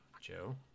Joe